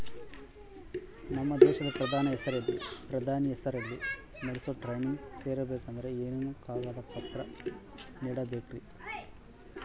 ನಮ್ಮ ದೇಶದ ಪ್ರಧಾನಿ ಹೆಸರಲ್ಲಿ ನಡೆಸೋ ಟ್ರೈನಿಂಗ್ ಸೇರಬೇಕಂದರೆ ಏನೇನು ಕಾಗದ ಪತ್ರ ನೇಡಬೇಕ್ರಿ?